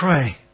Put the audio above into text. pray